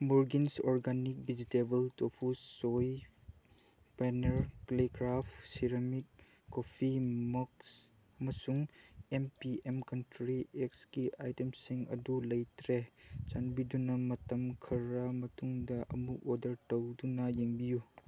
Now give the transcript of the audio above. ꯃꯨꯔꯒꯤꯟꯁ organic vegetable tofu soy planner ꯀ꯭ꯂꯤꯀ꯭ꯔꯐ ceramic coffee mugs ꯑꯃꯁꯨꯡ M P M country ꯑꯦꯛꯁꯀꯤ ꯑꯥꯏꯇꯦꯝꯁꯤꯡ ꯑꯗꯨ ꯂꯩꯇ꯭ꯔꯦ ꯆꯥꯟꯕꯤꯗꯨꯅ ꯃꯇꯝ ꯈꯔ ꯃꯇꯨꯡꯗ ꯑꯃꯨꯛ ꯑꯣꯗꯔ ꯇꯧꯗꯨꯅ ꯌꯦꯡꯕꯤꯌꯨ